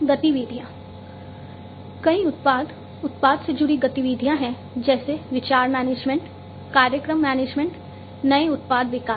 गतिविधियाँ कई उत्पाद उत्पाद से जुड़ी गतिविधियाँ हैं जैसे विचार मैनेजमेंट कार्यक्रम मैनेजमेंट नए उत्पाद विकास